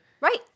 Right